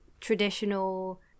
traditional